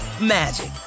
magic